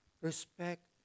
respect